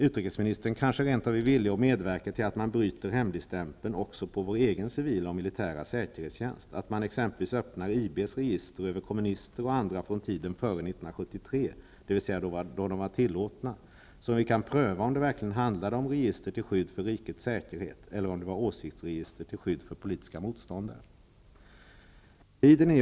Utrikesministern är kanske rent av villig att medverka till att hemligstämpeln bryts också beträffande vår egen civila och militära säkerhetstjänst -- dvs. så att man exempelvis öppnar IB:s register över bl.a. kommunister från tiden före 1973, då sådana alltså var tillåtna. Därigenom skulle vi kunna pröva om det verkligen handlade om register till skydd för rikets säkerhet, eller om det handlade om åsiktsregister till skydd för politiska motståndare.